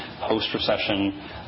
post-recession